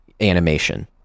animation